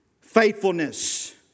Faithfulness